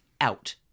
out